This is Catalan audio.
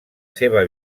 seva